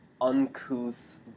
uncouth